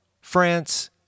France